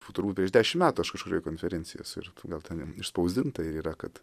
turbūt prieš dešimt metų aš kažkurioj į konferencijoj esu ir gal ten ir išspausdinta ir yra kad